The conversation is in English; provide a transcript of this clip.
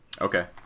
Okay